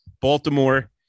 Baltimore